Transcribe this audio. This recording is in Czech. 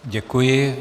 Děkuji.